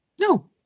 No